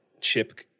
chip